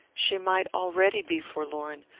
she might already be forlorn,